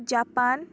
Japan